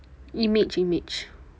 image image